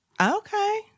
Okay